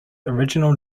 original